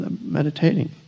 Meditating